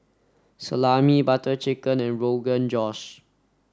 Salami Butter Chicken and Rogan Josh